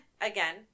again